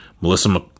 Melissa